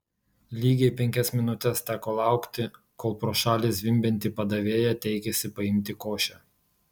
lygiai penkias minutes teko laukti kol pro šalį zvimbianti padavėja teikėsi paimti košę